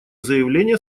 заявление